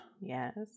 Yes